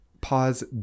Pause